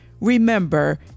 Remember